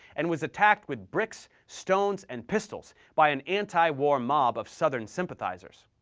and was attacked with bricks, stones, and pistols by an anti-war mob of southern sympathizers.